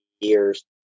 years